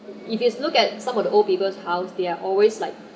if you look at some of the old people's house they're always like